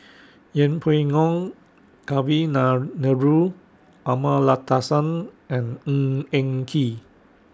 Yeng Pway Ngon Kavignareru Amallathasan and Ng Eng Kee